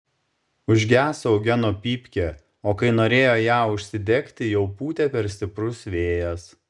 užgeso eugeno pypkė o kai norėjo ją užsidegti jau pūtė per stiprus vėjas